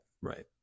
right